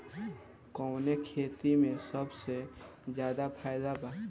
कवने खेती में सबसे ज्यादा फायदा बा?